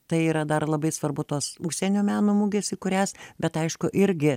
tai yra dar labai svarbu tos užsienio meno mugės į kurias bet aišku irgi